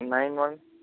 nine one